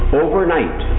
overnight